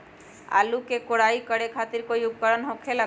आलू के कोराई करे खातिर कोई उपकरण हो खेला का?